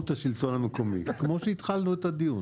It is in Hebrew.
כמו שהתחלנו את הדיון